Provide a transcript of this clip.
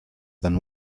then